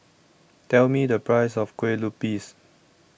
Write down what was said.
Tell Me The Price of Kueh Lupis